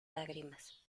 lágrimas